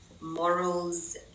morals